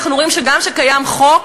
אנחנו רואים שגם כשקיים חוק,